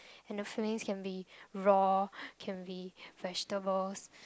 and the fillings can be raw can be vegetables